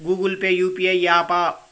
Google Pay UPI య్యాపా?